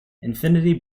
infinity